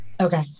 okay